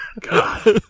God